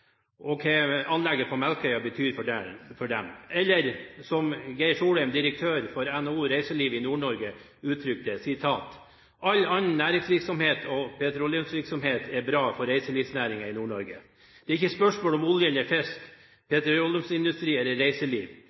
om hva anlegget på Melkøya betyr for dem! Eller som Geir Solheim, regiondirektør NHO Reiseliv Nord-Norge, uttrykker det, at «all annen næringsvirksomhet» – og petroleumsvirksomhet – «er bra for reiselivsnæringen i Nord-Norge». Blant annet blir også dette sagt: «Det er ikke spørsmål om olje eller fisk, petroleumsindustri eller reiseliv.